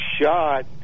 shot